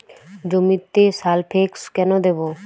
জমিতে সালফেক্স কেন দেবো?